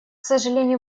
сожалению